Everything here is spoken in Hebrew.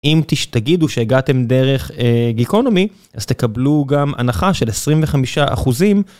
אם תגידו שהגעתם דרך גיקונומי אז תקבלו גם הנחה של 25 אחוזים.